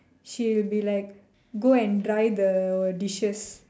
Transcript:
she will be like go and dry the dishes